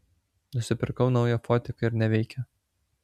nusipirkau naują fotiką ir neveikia